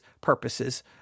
purposes